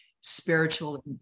spiritual